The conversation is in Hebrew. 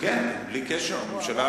בלי קשר.